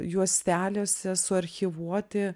juostelėse suarchyvuoti